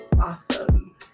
awesome